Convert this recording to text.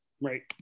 Right